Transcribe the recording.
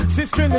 Sister